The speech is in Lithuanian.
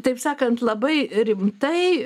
taip sakant labai rimtai